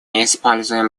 используем